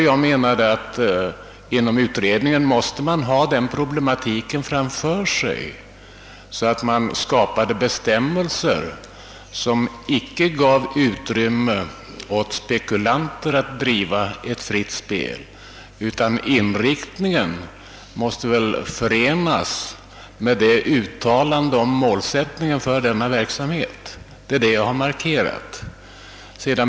Jag menade att man inom utredningen måste ha denna problematik klar för sig, så att man skapade bestämmelser som inte gav något utrymme för spekulanter. Verksamhetens = inriktning måste stämma överens med uttalandet om målsättningen för verksamheten. Det är det jag har markerat.